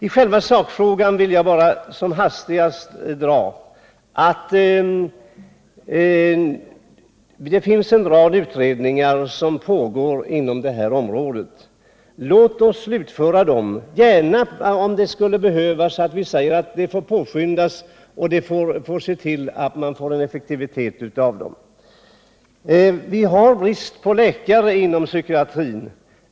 I själva sakfrågan vill jag bara säga följande. Det finns en rad utredningar som pågår inom detta område. Låt oss slutföra dessa och gärna, om så behövs, påskynda dem och göra dem effektiva. Vi har brist på läkare inom psykiatrin.